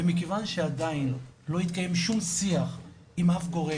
ומכיוון שעדיין לא התקיים שום שיח עם אף גורם